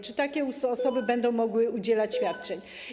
Czy takie osoby będą mogły udzielać świadczeń?